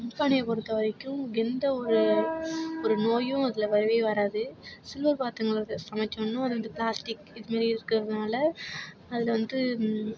மண்பானையை பொறுத்த வரைக்கும் எந்தவொரு ஒரு நோயும் அதில் வரவே வராது சில்வர் பாத்திரங்கள்ல சமைச்சோம்னா அது வந்து பிளாஸ்டிக் இதுமாரி இருக்கிறதுனால அதுல வந்து